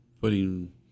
putting